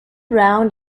round